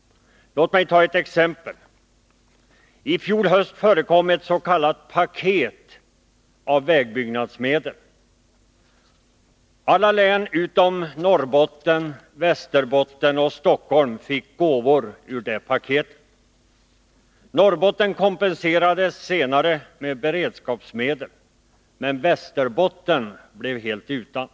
Låt mig ta ett exempel. I fjol höst förekom ett s.k. paket av vägbyggnadsmedel. Alla län utom Norrbotten, Västerbotten och Stockholm fick gåvor ur det paketet. Norrbotten kompenserades senare med beredskapsmedel, men Västerbotten blev helt utan.